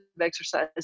exercise